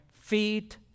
feet